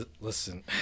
listen